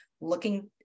looking